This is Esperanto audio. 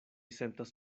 sentas